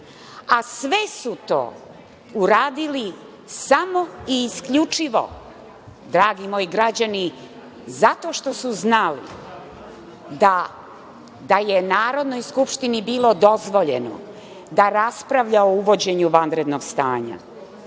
su to uradili samo i isključivo, dragi moji građani zato što su znali da je Narodnoj skupštini bilo dozvoljeno da raspravlja o uvođenju vanrednog stanja